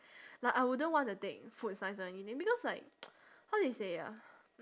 like I wouldn't want to take food science or anything because like how do you say ah